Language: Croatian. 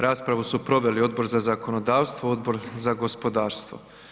Raspravu su proveli Odbor za zakonodavstvo i Odbor za gospodarstvo.